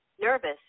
nervous